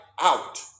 out